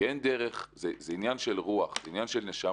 כי זה עניין של רוח, זה עניין של נשמה.